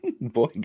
boy